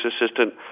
assistant